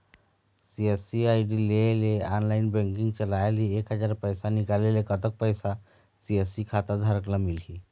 CSC ID ले online banking चलाए ले एक हजार पैसा निकाले ले कतक पैसा सी.एस.सी खाता धारक ला मिलही?